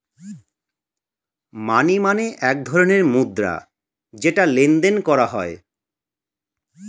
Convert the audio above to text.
মানি মানে এক ধরণের মুদ্রা যেটা লেনদেন করা হয়